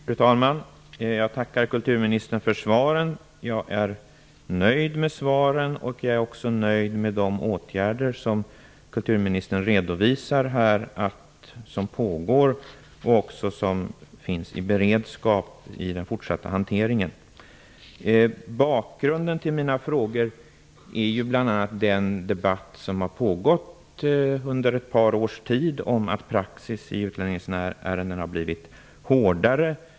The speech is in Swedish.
Fru talman! Jag tackar kulturministern för svaren. Jag är nöjd med dem, och jag är också nöjd med de åtgärder som kulturministern här redovisar och som nu pågår eller finns i beredskap i den fortsatta hanteringen. Bakgrunden till mina frågor är bl.a. den debatt om att praxis i utlänningsärendena har blivit hårdare som har pågått under ett par års tid.